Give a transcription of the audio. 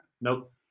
Nope